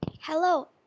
Hello